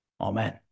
Amen